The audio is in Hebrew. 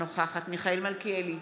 אינה נוכחת מיכאל מלכיאלי,